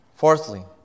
Fourthly